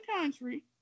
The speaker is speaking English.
country